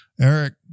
Eric